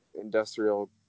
Industrial